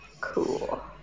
Cool